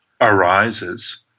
arises